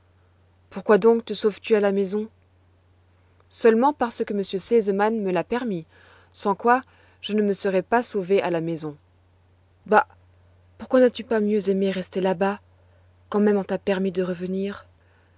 pourquoi donc te sauves tu à la maison seulement parce que m r sesemann me l'a permis sans quoi je ne me serais pas sauvée à la maison bah pourquoi n'as-tu pas mieux aimé rester là-bas quand même on t'a permis de revenir